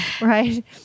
Right